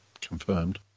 confirmed